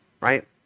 right